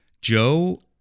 Joe